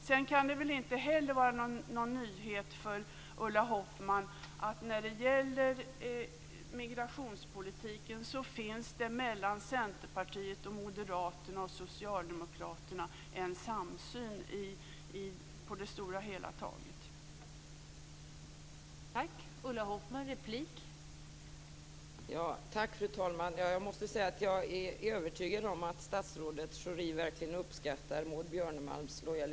Sedan kan det väl inte heller vara någon nyhet för Ulla Hoffmann att det finns en samsyn mellan Centerpartiet, Moderaterna och Socialdemokraterna på det stora hela taget när det gäller migrationspolitiken.